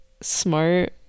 smart